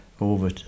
over